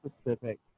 specific